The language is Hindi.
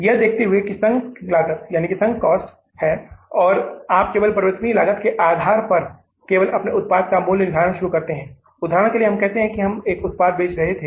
यह देखते हुए कि यह संक लागत है और आप केवल परिवर्तनीय लागत के आधार पर केवल अपने उत्पाद का मूल्य निर्धारण शुरू करते हैं उदाहरण के लिए यह कहते हैं कि पहले हम एक उत्पाद बेच रहे थे